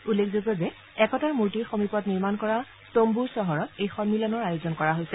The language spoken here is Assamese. উল্লেখযোগ্য যে একতাৰ মূৰ্তিৰ সমীপত নিৰ্মাণ কৰা তম্বুৰ চহৰত এই সম্মিলনৰ আয়োজন কৰা হৈছে